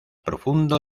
profundo